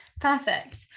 Perfect